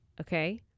Okay